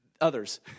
Others